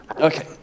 Okay